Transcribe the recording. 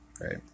right